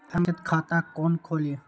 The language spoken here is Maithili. हम बचत खाता कोन खोली?